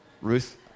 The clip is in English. Ruth